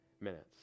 minutes